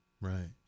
Right